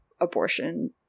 abortion